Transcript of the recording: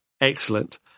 Excellent